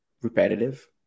repetitive